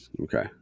Okay